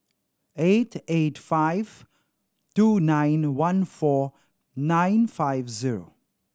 eight eight five two nine one four nine five zero